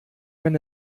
man